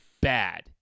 bad